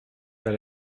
pas